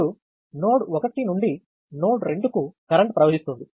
ఇప్పుడు నోడ్ 1 నుండి నోడ్ 2 కు కరెంట్ ప్రవహిస్తుంది